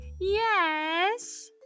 Yes